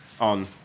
on